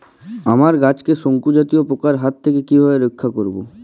আমার গাছকে শঙ্কু জাতীয় পোকার হাত থেকে কিভাবে রক্ষা করব?